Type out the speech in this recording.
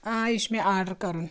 آ یہِ چھُ مےٚ آرڈَر کَرُن